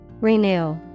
Renew